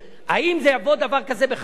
מה שנוגע לחוק הזה,